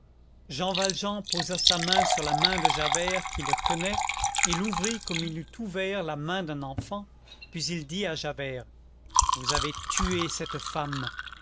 jean valjean posa sa main sur la main de javert qui le tenait et l'ouvrit comme il eût ouvert la main d'un enfant puis il dit à javert vous avez tué cette femme